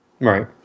Right